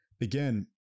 again